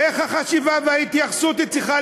איך החשיבה וההתייחסות צריכות